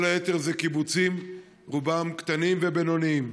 כל היתר זה קיבוצים, רובם קטנים ובינוניים.